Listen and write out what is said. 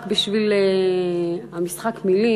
רק בשביל משחק מילים,